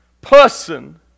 person